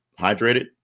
hydrated